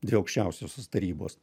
dvi aukščiausiosios tarybos